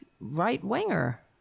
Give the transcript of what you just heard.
right-winger